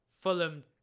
Fulham